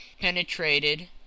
penetrated